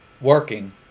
working